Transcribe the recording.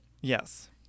Yes